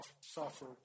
suffer